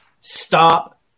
Stop